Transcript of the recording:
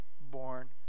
born